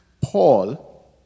Paul